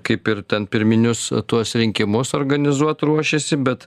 kaip ir ten pirminius tuos rinkimus organizuot ruošėsi bet